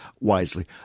wisely